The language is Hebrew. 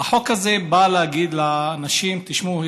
החוק הזה בא להגיד לאנשים: תשמעו,